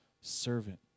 servant